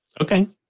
Okay